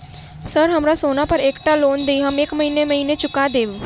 Sir हमरा सोना पर एकटा लोन दिऽ हम महीने महीने चुका देब?